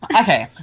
Okay